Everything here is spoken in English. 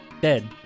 dead